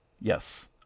Yes